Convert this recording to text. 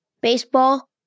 baseball